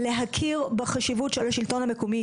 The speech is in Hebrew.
להכיר בחשיבות של השלטון המקומי,